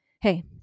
hey